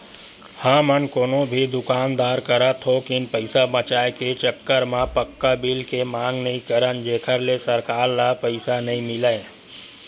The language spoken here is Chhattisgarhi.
हमन कोनो भी दुकानदार करा थोकिन पइसा बचाए के चक्कर म पक्का बिल के मांग नइ करन जेखर ले सरकार ल पइसा नइ मिलय